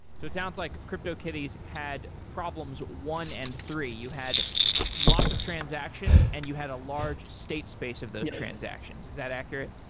so it sounds like cryptokitties had problems one and three. you had lots of transactions and you had a large state space of those transactions. is that accurate?